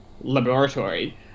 laboratory